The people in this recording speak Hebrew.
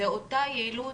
זו אותה יעילות,